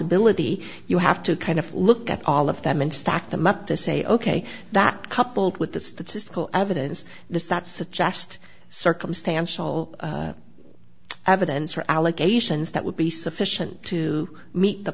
possibility you have to kind of look at all of them and stack them up to say ok that coupled with the statistical evidence does that suggest circumstantial evidence for allegations that would be sufficient to meet the